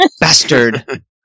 Bastard